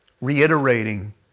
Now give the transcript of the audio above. reiterating